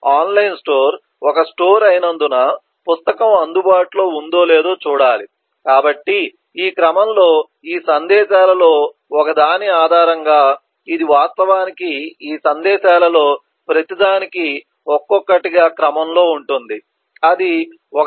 online store ఒక store అయినందున పుస్తకం అందుబాటులో ఉందో లేదో చూడాలి కాబట్టి ఈ క్రమంలో ఈ సందేశాలలో ఒకదాని ఆధారంగా ఇది వాస్తవానికి ఈ సందేశాలలో ప్రతిదానికి ఒక్కొక్కటిగా క్రమం లో ఉంటుంది అది 1